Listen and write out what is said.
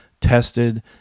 tested